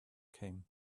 came